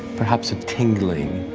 perhaps a tingling,